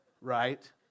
Right